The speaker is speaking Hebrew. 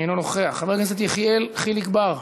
אינו נוכח, חבר הכנסת יחיאל חיליק בר,